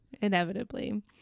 Inevitably